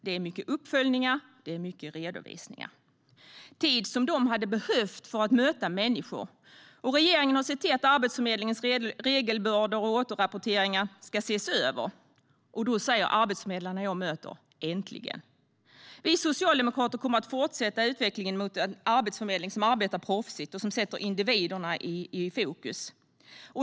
Det är många uppföljningar och redovisningar. Det är tid som de hade behövt för att möta människor. Regeringen har sett till att Arbetsförmedlingens regelbördor och återrapporteringar ska ses över. Då säger de arbetsförmedlare som jag möter: Äntligen. Vi socialdemokrater kommer att fortsätta utvecklingen mot en arbetsförmedling som arbetar proffsigt och som sätter individerna i fokus.